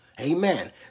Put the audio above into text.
Amen